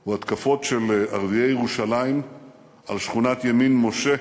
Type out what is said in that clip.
הוא התקפות של ערביי ירושלים על שכונת ימין-משה,